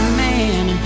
man